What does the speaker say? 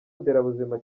nderabuzima